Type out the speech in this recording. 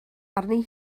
arni